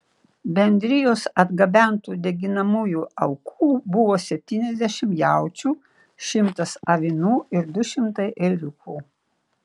bendrijos atgabentų deginamųjų aukų buvo septyniasdešimt jaučių šimtas avinų ir du šimtai ėriukų